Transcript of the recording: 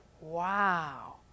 wow